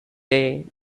day